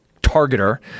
targeter